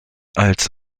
als